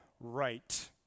right